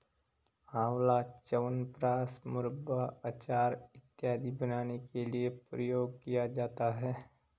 आंवला च्यवनप्राश, मुरब्बा, अचार इत्यादि बनाने के लिए प्रयोग किया जाता है